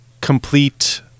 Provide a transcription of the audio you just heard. complete